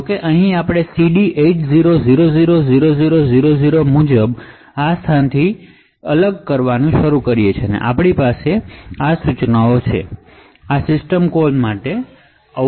જો કે જો આપણે અહીં CD 80 00 00 મુજબ આ સ્થાનથી ડિસએસેમ્બલ કરીએ છીએ તો આપણી પાસે ઇન્ટ્રપટ ઇન્સટ્રકશન છે અને આ સિસ્ટમ કોલ માટે ઇન્ટ્રપટ છે